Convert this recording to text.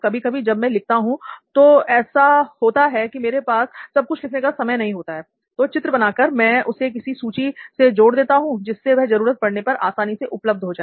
कभी कभी जब मैं लिखता हूं तो ऐसा होता है कि मेरे पास सब कुछ लिखने का समय नहीं होता है तो चित्र बनाकर मैं उसे किसी सूची से जोड़ देता हूं जिससे वह जरूरत पड़ने पर आसानी से उपलब्ध हो जाए